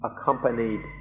accompanied